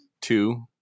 two